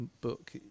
book